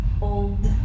old